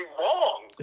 wrong